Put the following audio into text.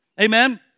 Amen